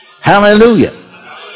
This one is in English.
Hallelujah